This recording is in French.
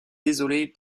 désolée